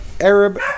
Arab